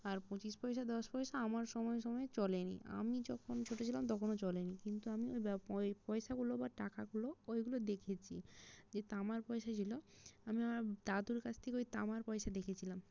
আর পঁচিশ পয়সা দশ পয়সা আমার সময়ে সময়ে চলে নি আমি যখন ছোটো ছিলাম তখনও চলে নি কিন্তু আমি ওই ব্য ওই পয়সাগুলো বা টাকাগুলো ওইগুলো দেখেছি যে তামার পয়সা ছিল আমি আমার দাদুর কাছ থেকে ওই তামার পয়সা দেখেছিলাম